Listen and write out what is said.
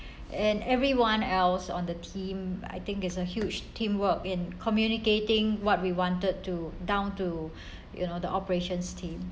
and everyone else on the team I think there's a huge teamwork in communicating what we wanted to down to you know the operations team